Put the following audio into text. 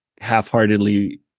half-heartedly